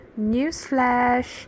newsflash